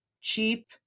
cheap